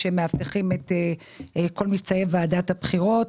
שמאבטחים את כל מבצעי ועדת הבחירות.